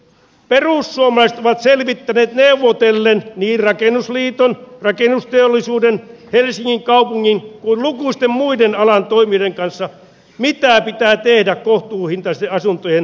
perussuomalaiset ovat selvittäneet neuvotellen niin rakennusliiton rakennusteollisuuden helsingin kaupungin kuin lukuisten muidenkin alan toimijoiden kanssa mitä pitää tehdä kohtuuhintaisten asuntojen riittävyydelle